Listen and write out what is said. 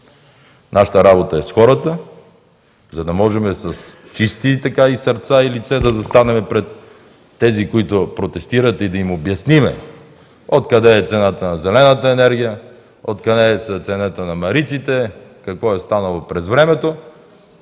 Нашата работа е с хората, за да можем всички със сърца и лице да застанем пред тези, които протестират, и да им обясним откъде е цената на зелената енергия, откъде е цената на „Марици”-те, какво е станало през времето.